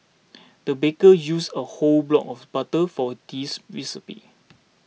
the baker used a whole block of butter for this recipe